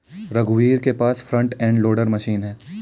रघुवीर के पास फ्रंट एंड लोडर मशीन है